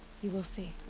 you will see.